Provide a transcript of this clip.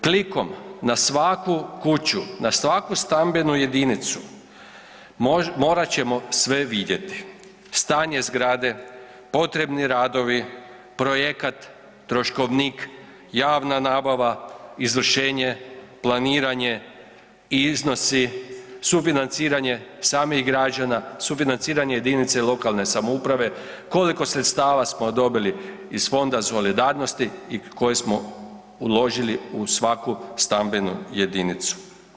Klikom na svaku kuću, na svaku stambenu jedinicu morat ćemo sve vidjeti, stanje zgrade, potrebni radovi, projekat, troškovnik, javna nabava, izvršenje, planiranje, iznosi, sufinanciranje samih građana, sufinanciranje jedinice lokalne samouprave, koliko sredstava smo dobili iz fonda solidarnosti i koje smo uložili u svaku stambenu jedinicu.